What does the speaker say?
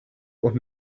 und